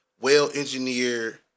well-engineered